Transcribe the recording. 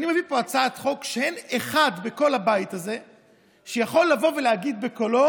אני מביא פה הצעת חוק שאין אחד בכל הבית הזה שיכול לבוא ולהגיד בקולו: